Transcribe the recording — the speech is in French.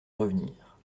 revenir